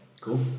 Cool